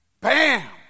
bam